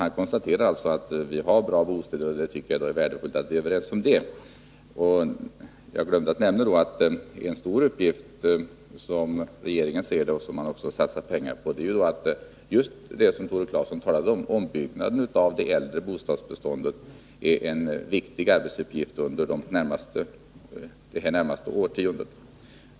Han konstaterar att vi har bra bostäder, och jag tycker att det är värdefullt att vi är överens om det. Jag glömde att nämna att en — som regeringen ser det — stor uppgift som man har satsat pengar på är just, vilket Tore Claeson talade om, ombyggnaden av det äldre bostadsbeståndet. Det är en viktig arbetsuppgift under det närmaste årtiondet.